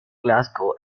glasgow